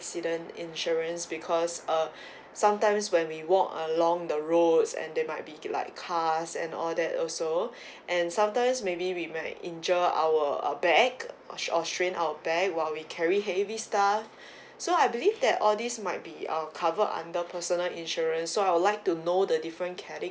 accident insurance because uh sometimes when we walk along the roads and there might be like cars and all that also and sometimes maybe we might injure our uh back or or strain our back while we carry heavy stuff so I believe that all this might be uh cover under personal insurance so I would like to know the different categories